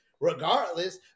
Regardless